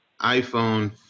iPhone